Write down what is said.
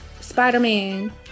Spider-Man